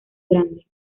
grande